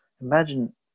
imagine